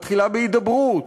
מתחילה בהידברות,